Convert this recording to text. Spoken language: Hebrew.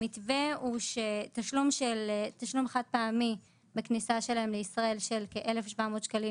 המתווה של התקנות: תשלום חד-פעמי של כ-1,700 שקלים,